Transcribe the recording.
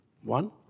One